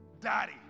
Daddy